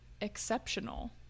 exceptional